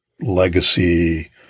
legacy